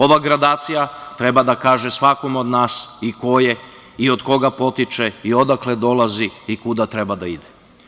Ova gradacija treba da kaže svakome od nas ko je i od koga potiče i odakle dolazi i kuda treba da ide.